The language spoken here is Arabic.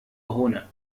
هنا